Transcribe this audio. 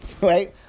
right